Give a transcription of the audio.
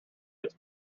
its